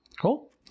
Cool